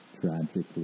tragically